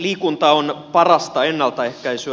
liikunta on parasta ennaltaehkäisyä